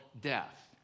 death